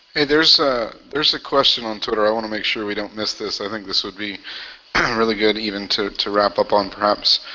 there's there's a question on twitter. i want to make sure we don't miss this. i think this would be really good even to to wrap up on, perhaps.